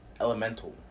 Elemental